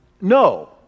No